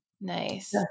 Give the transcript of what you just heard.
Nice